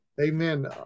Amen